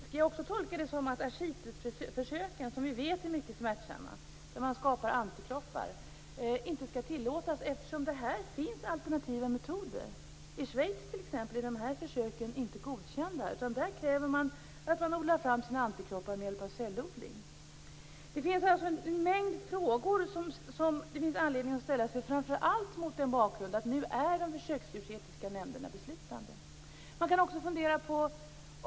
Skall jag också tolka det som att ascitesförsöken, som vi vet är mycket smärtsamma och där man skapar antikroppar, inte skall tillåtas eftersom det finns alternativa metoder? I Schweiz t.ex. är de försöken inte godkända. Där kräver man att antikroppar odlas fram med hjälp av cellodling. Det finns alltså anledning att ställa sig en mängd frågor, framför allt mot bakgrund av att de djurförsöksetiska nämnderna nu är beslutande. Man kan också fundera över en annan sak.